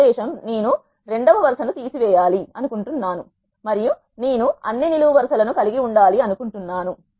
ఆదేశం నేను రెండవ వరుస ను తీసివేయాలి అనుకుంటున్నాను మరియు నేను అన్ని నిలువు వరుస ల ను కలిగి ఉండాలి అనుకుంటున్నాను